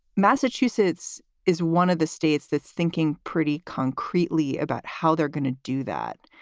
massachusetts is one of the states that's thinking pretty concretely about how they're going to do that.